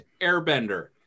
Airbender